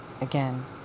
Again